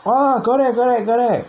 !wah! correct correct correct